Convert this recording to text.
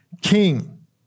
king